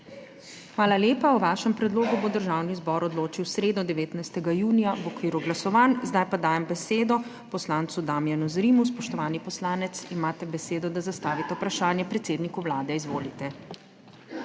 Hvala lepa. O vašem predlogu bo Državni zbor odločil v sredo, 19. junija, v okviru glasovanj. Zdaj pa dajem besedo poslancu Damijanu Zrimu. Spoštovani poslanec, imate besedo, da zastavite vprašanje predsedniku Vlade. Izvolite.